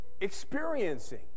experiencing